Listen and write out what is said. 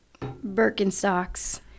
Birkenstocks